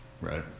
right